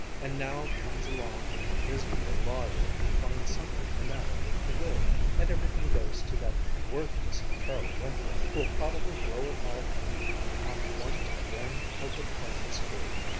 and now comes along a miserable lawyer who finds something the matter with the will, and everything goes to that worthless charlie winthrop, who'll probably blow it all in on one grand poker-playing spree.